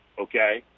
okay